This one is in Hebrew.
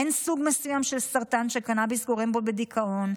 אין סוג מסוים של סרטן שקנביס גורם בו לדיכאון.